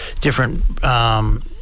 different